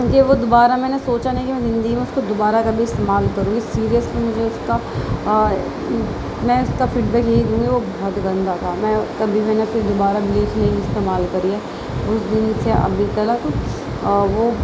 کہ وہ دوبارہ میں نے سوچا نہیں کہ میں زندگی میں اس کو دوبارہ کبھی استعمال کروں اس سیریس میں مجھے اس کا میں اس کا فیڈ بیک یہی دوں گی وہ بہت ہی گندہ تھا میں کبھی میں نے پھر دوبارہ بلیچ نہیں استعمال کری ہے کیونکہ مجھ سے ابھی تلک وہ